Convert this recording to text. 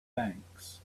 banks